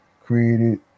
created